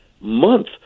month